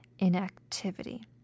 inactivity